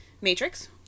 Matrix